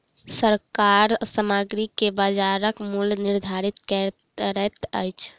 सरकार सामग्री के बजारक मूल्य निर्धारित करैत अछि